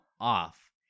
off